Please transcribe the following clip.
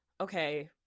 okay